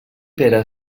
pere